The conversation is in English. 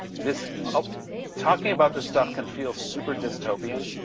this um talking about this stuff can feel super dystopian,